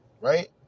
right